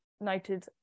noted